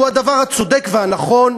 שהוא הדבר הצודק והנכון,